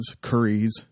curries